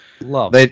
love